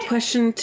Question